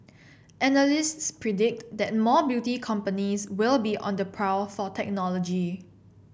analysts predict that more beauty companies will be on the prowl for technology